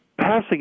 passing